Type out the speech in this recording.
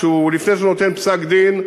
כשהוא ביסס ונותן פסק-דין,